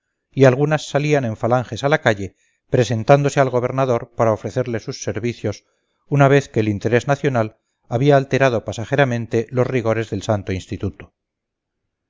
y algunas salían en falanges a la calle presentándose al gobernador para ofrecerle sus servicios una vez que el interés nacional había alterado pasajeramente los rigores del santo instituto